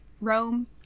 Rome